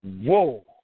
Whoa